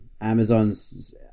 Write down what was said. Amazon's